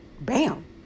Bam